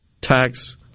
tax